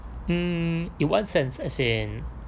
mm in what sense as in